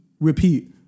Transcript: repeat